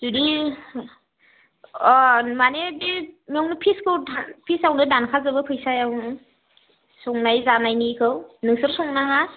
जुदि अ माने बि नों फिसखौ फिसआवनो दानखाजोबो फैसायावनो संनाय जानायनिखौ नोंसोर संनाङा